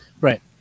Right